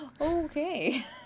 okay